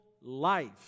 life